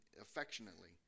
affectionately